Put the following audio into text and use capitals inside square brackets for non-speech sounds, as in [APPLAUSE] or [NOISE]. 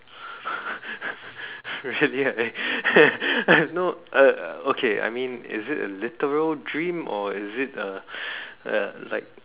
[LAUGHS] really I [LAUGHS] no uh okay I mean is it a literal dream or is it a a like